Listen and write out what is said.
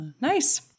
Nice